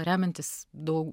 remiantis daug